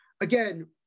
again